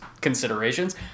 considerations